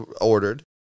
ordered